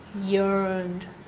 yearned